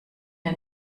der